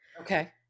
Okay